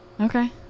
Okay